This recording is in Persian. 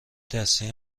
دستی